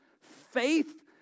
faith